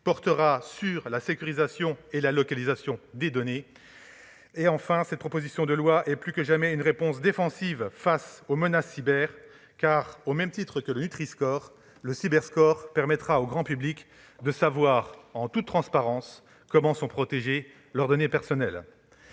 portera sur la sécurisation et la localisation des données. Enfin, cette proposition de loi est plus que jamais une réponse défensive face aux menaces cyber, car, au même titre que le Nutri-score, le Cyber-score permettra au grand public de savoir, en toute transparence, comment sont protégées les données personnelles.